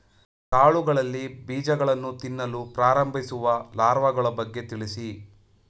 ಕಾಳುಗಳಲ್ಲಿ ಬೀಜಗಳನ್ನು ತಿನ್ನಲು ಪ್ರಾರಂಭಿಸುವ ಲಾರ್ವಗಳ ಬಗ್ಗೆ ತಿಳಿಸಿ?